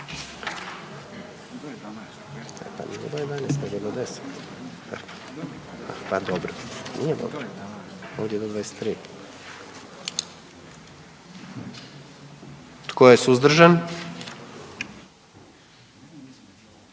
Tko je suzdržan?